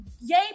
yay